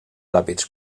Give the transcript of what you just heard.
ràpids